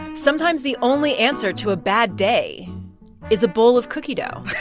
sometimes the only answer to a bad day is a bowl of cookie dough.